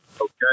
okay